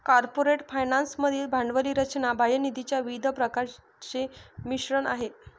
corporate finance मधील भांडवली रचना बाह्य निधीच्या विविध प्रकारांचे मिश्रण आहे